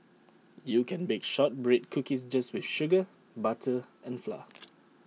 you can bake Shortbread Cookies just with sugar butter and flour